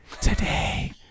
Today